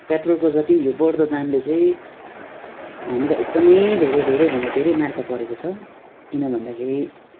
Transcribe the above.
पेट्रोलको जति पनि यो बड्दो दामले चाहिँ हामीलाई एकदमै धेरै धेरैभन्दा धेरै मार्का परेको छ किन भन्दाखेरि